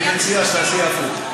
אני מציע שתעשי הפוך.